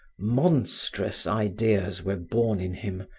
monstrous ideas were born in him,